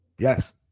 Yes